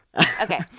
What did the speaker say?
Okay